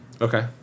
Okay